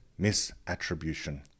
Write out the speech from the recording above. misattribution